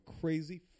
crazy